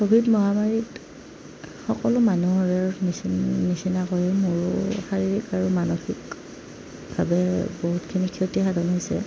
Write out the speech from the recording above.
Covid মহামাৰীত সকলো মানুহৰ নিচিনা নিচিনাকৈ মোৰো শাৰীৰিক আৰু মানসিকভাৱে বহুতখিনি ক্ষতি সাধন হৈছে